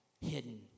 hidden